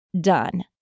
done